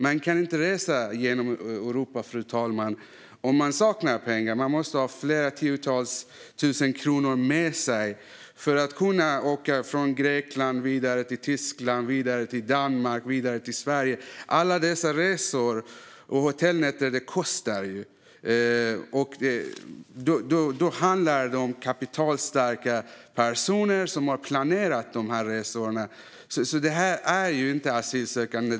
Man kan inte resa genom Europa om man saknar pengar. Man måste ha tiotusentals kronor med sig för att kunna åka från Grekland vidare till Tyskland, vidare till Danmark och vidare till Sverige. Alla dessa resor och hotellnätter kostar. Då handlar det om kapitalstarka personer som har planerat dessa resor. Detta är inte asylsökande.